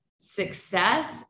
success